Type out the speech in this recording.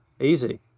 easy